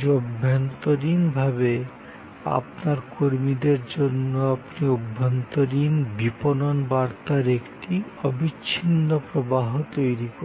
যে আপনি আপনার কর্মীদের জন্য অভ্যন্তরীণ বিপণন বার্তার একটি অবিচ্ছিন্ন প্রবাহ তৈরী করুন